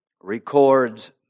records